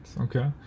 okay